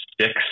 six